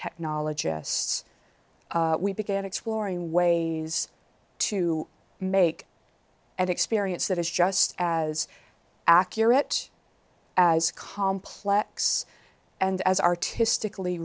technologists we began exploring way to make an experience that is just as accurate as complex and as artistically